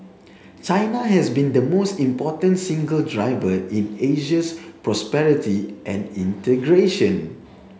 China has been the most important single driver in Asia's prosperity and integration